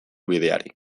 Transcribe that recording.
bideari